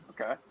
Okay